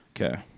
Okay